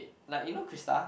like you know Christa